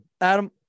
Adam